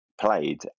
played